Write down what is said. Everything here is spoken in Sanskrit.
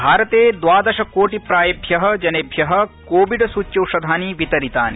भारते द्वादश कोटि प्रायेभ्य जनेभ्य कोविड सूच्यौषधानि वितरितानि